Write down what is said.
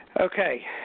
Okay